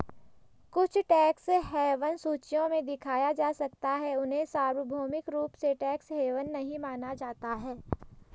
कुछ tax haven सूचियों में दिखाया जा सकता है, उन्हें सार्वभौमिक रूप से टैक्स हेवन नहीं माना जाता है